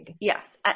Yes